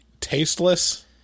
tasteless